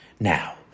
Now